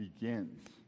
begins